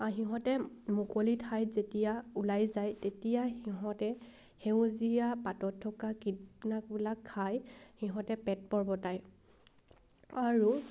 সিহঁতে মুকলি ঠাইত যেতিয়া ওলাই যায় তেতিয়া সিহঁতে সেউজীয়া পাতত থকা কীট নাকবিলাক খাই সিহঁতে পেট পৰ্বতায় আৰু